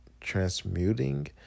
transmuting